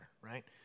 right